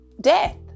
death